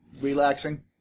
Relaxing